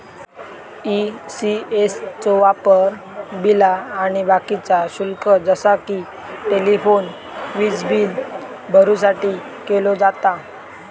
ECS चो वापर बिला आणि बाकीचा शुल्क जसा कि टेलिफोन, वीजबील भरुसाठी केलो जाता